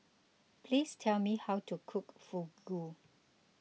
please tell me how to cook Fugu